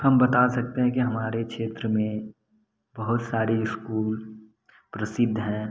हम बता सकते हैं कि हमारे क्षेत्र में बहुत सारे इस्कूल प्रसिद्ध हैं